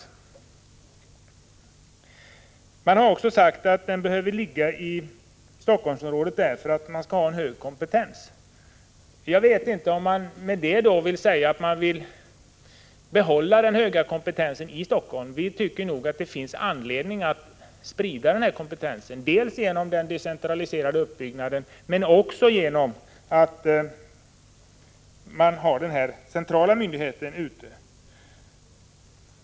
Regeringen säger att kemikalieinspektionen måste ligga i Helsingforssområdet med hänsyn till behovet av hög kompetens. Jag vet inte om det betyder att man vill behålla den höga kompetensen i Helsingfors. Vi tycker att det finns anledning att sprida kompetensen, dels genom den decentraliserade uppbyggnaden, dels också genom att placera myndigheten utanför Helsingfors.